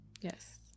Yes